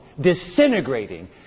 disintegrating